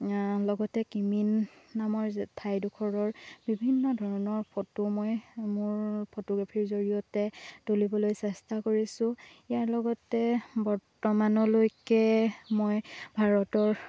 লগতে কিমিন নামৰ ঠাইডোখৰৰ বিভিন্ন ধৰণৰ ফটো মই মোৰ ফটোগ্ৰাফিৰ জৰিয়তে তুলিবলৈ চেষ্টা কৰিছোঁ ইয়াৰ লগতে বৰ্তমানলৈকে মই ভাৰতৰ